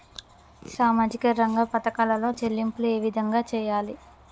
సామాజిక రంగ పథకాలలో చెల్లింపులు ఏ విధంగా చేయాలి?